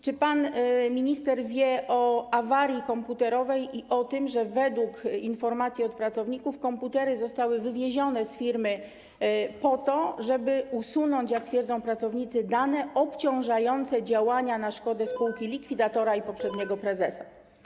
Czy pan minister wie o awarii komputerowej i o tym, że według informacji pracowników komputery zostały wywiezione z firmy po to, żeby usunąć, jak twierdzą pracownicy, dane obciążające działania na szkodę spółki likwidatora i poprzedniego prezesa?